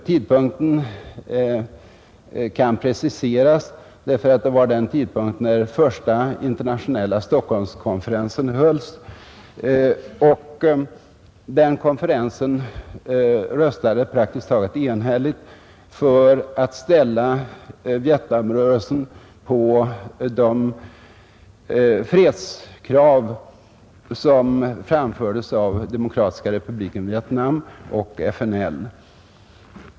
Tidpunkten kan preciseras därför att det var då som den första internationella Stockholmskonferensen om Vietnam hölls, Vid den konferensen röstade deltagarna praktiskt taget enhälligt för att Vietnamrörelsen skulle ställa samma fredskrav som framfördes av Demokratiska republiken Vietnam och FNL.